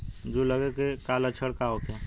जूं लगे के का लक्षण का होखे?